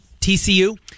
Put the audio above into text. TCU